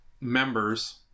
members